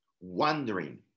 wondering